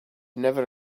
never